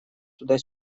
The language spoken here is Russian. туда